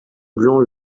blancs